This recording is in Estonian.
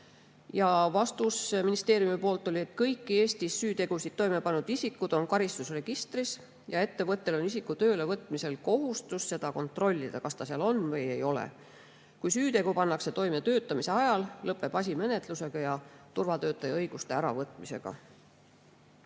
olemise. Ministeeriumi vastus oli, et kõik Eestis süütegusid toime pannud isikud on karistusregistris ja ettevõttel on isiku tööle võtmisel kohustus kontrollida, kas ta seal on või ei ole. Kui süütegu pannakse toime töötamise ajal, lõpeb asi menetlusega ja turvatöötaja õiguste äravõtmisega.